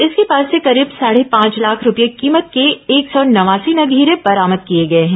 इसके पास से करीब साढ़े पांच लाख रूपये कीमत के एक सौ नवासी नग हीरे बरामद किए गए हैं